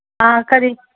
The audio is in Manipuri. ꯑ ꯀꯔꯤ